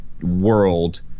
world